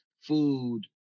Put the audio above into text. food